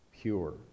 Pure